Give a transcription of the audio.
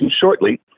shortly